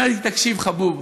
היא אומרת לי: תקשיב, חבוב,